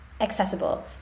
Accessible